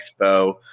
expo